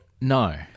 No